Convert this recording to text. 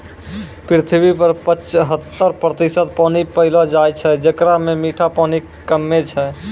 पृथ्वी पर पचहत्तर प्रतिशत पानी पैलो जाय छै, जेकरा म मीठा पानी कम्मे छै